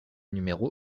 numéro